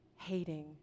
hating